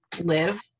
live